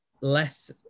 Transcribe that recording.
less